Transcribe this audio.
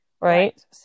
Right